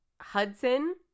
Hudson